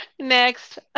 next